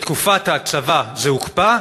בתקופת הצבא זה הוקפא,